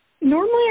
Normally